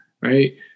right